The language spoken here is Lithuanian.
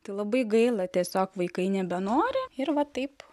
tai labai gaila tiesiog vaikai nebenori ir va taip